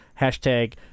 Hashtag